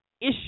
issue